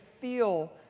feel